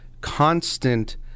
constant